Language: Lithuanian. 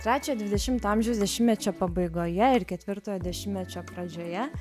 trečiojo dvidešimo amžiaus dešimtmečio pabaigoje ir ketvirtojo dešimtmečio pradžioje